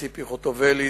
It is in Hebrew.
ציפי חוטובלי,